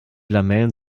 lamellen